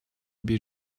bir